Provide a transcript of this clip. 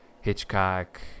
hitchcock